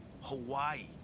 Hawaii